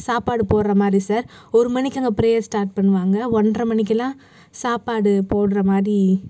சாப்பாடு போடுற மாதிரி சார் ஒரு மணிக்கு அங்கே பிரேயர் ஸ்டார்ட் பண்ணுவாங்க ஒன்றரை மணிக்கிலாம் சாப்பாடு போடுற மாதிரி